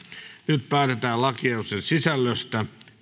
nyt päätetään lakiehdotusten sisällöstä